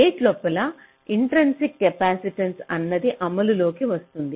gate లోపల intrinsic capacitance అన్నది అమలులోకి వస్తుంది